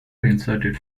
inserted